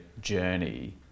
journey